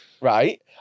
right